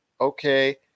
okay